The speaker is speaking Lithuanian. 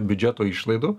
biudžeto išlaidų